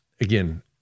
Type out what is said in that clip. again